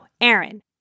Aaron